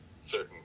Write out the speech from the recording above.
certain